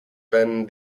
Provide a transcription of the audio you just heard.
been